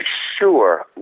sure.